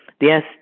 yes